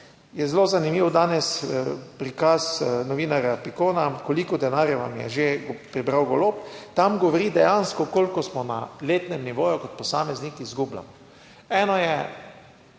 je zelo zanimiv danes prikaz novinarja Pikona "Koliko denarja vam je že pobral Golob?" Tam govori dejansko, koliko na letnem nivoju kot posamezniki izgubljamo. Eno je